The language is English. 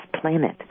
planet